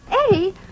Eddie